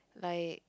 like